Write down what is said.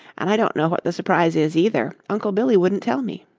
and i don't know what the surprise is, either uncle billy wouldn't tell me.